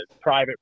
private